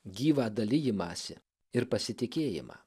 gyvą dalijimąsi ir pasitikėjimą